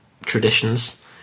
traditions